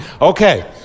Okay